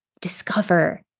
discover